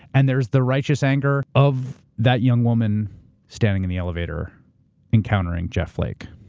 and there's the righteous anger of that young woman standing in the elevator encountering jeff flake.